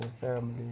family